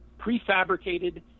prefabricated